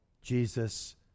Jesus